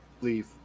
leave